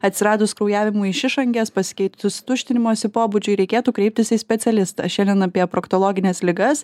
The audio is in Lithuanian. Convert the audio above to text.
atsiradus kraujavimui iš išangės pasikeitus tuštinimosi pobūdžiui reikėtų kreiptis į specialistą šiandien apie proktologines ligas